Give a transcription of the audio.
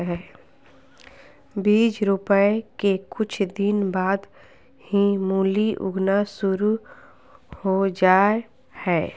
बीज रोपय के कुछ दिन बाद ही मूली उगना शुरू हो जा हय